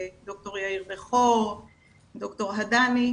ד"ר יאיר בכור וד"ר הדני,